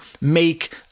make